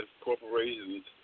corporations